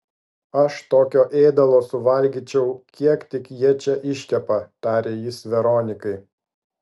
aš tokio ėdalo suvalgyčiau kiek tik jie čia iškepa tarė jis veronikai